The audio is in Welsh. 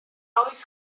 oes